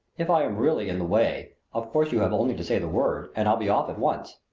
if i am really in the way of course you have only to say the word and i'll be off at once.